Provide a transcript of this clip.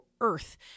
earth